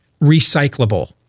recyclable